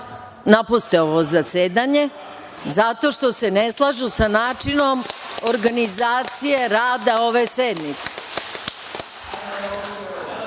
napuste ovo zasedanje, zato što se ne slažu sa načinom organizacije rada ove sednice.